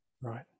Right